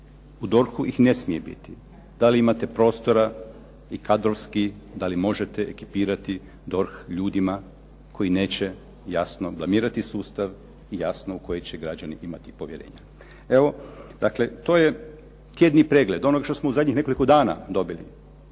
U DORH-u ih ne smije biti. Da li imate prostora i kadrovski da li možete ekipirati DORH ljudima koji neće jasno blamirati sustav i jasno u koji će građani imati povjerenja. Evo, dakle to je tjedni pregled onoga što smo u zadnjih nekoliko dana dobili.